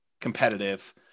competitive